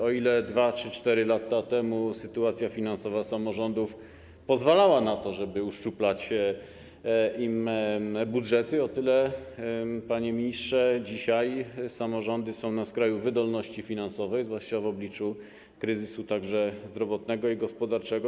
O ile 2 czy 4 lata temu sytuacja finansowa samorządów pozwalała na to, żeby uszczuplać im budżety, o tyle, panie ministrze, dzisiaj samorządy są na skraju wydolności finansowej, zwłaszcza w obliczu kryzysu, także zdrowotnego i gospodarczego.